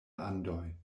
andoj